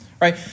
right